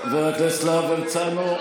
חבר הכנסת להב הרצנו,